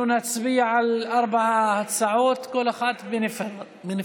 אנחנו נצביע על ארבע הצעות, כל אחת בנפרד.